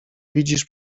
widzisz